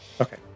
Okay